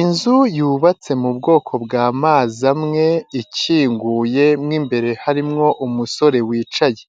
Inzu yubatse mu bwoko bwa mazi amwe ikinguye mo imbere harimo umusore wicaye,